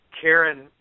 Karen